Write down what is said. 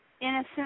innocent